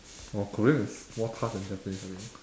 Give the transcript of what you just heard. !wah! korean is more tough than japanese I think